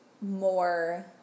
more